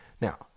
Now